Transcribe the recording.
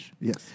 Yes